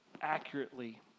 accurately